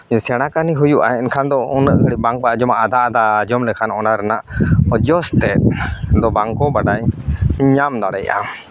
ᱡᱮ ᱥᱮᱲᱟ ᱠᱟᱹᱱᱦᱤ ᱦᱩᱭᱩᱜᱼᱟ ᱮᱱᱠᱷᱟᱱ ᱫᱚ ᱩᱱᱟᱹᱜ ᱜᱷᱟᱹᱲᱤᱡ ᱵᱟᱝᱠᱚ ᱟᱸᱡᱚᱢᱟ ᱟᱫᱷᱟ ᱟᱫᱷᱟ ᱟᱸᱡᱚᱢ ᱞᱮᱠᱷᱟᱱ ᱚᱱᱟ ᱨᱮᱱᱟᱜ ᱡᱚᱥ ᱛᱮᱫ ᱫᱚ ᱵᱟᱝ ᱠᱚ ᱵᱟᱰᱟᱭ ᱧᱟᱢ ᱫᱟᱲᱮᱭᱟᱜᱼᱟ